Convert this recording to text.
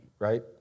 Right